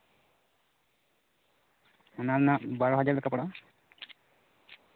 ᱚᱱᱟ ᱨᱮᱱᱟᱜ ᱵᱟᱨᱚ ᱦᱟᱡᱟᱨ ᱞᱮᱠᱟ ᱯᱟᱲᱟᱜᱼᱟ